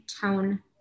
tone